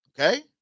Okay